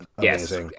Yes